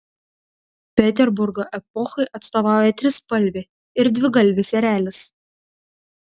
peterburgo epochai atstovauja trispalvė ir dvigalvis erelis